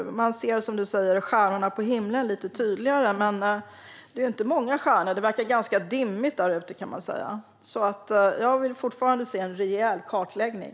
Som ministern säger ser man stjärnorna på himlen lite tydligare, men det är inte många stjärnor. Det verkar ganska dimmigt där ute. Jag vill fortfarande se en rejäl kartläggning.